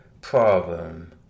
problem